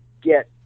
get